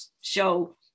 show